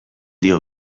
dio